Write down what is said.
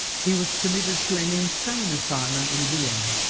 he was committed to an insane asylum in vienna.